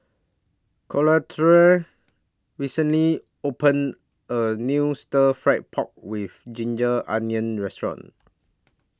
Collette recently opened A New Stir Fry Pork with Ginger Onions Restaurant